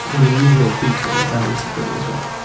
an unusual feat for an asylum seeker in israel.